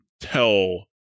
tell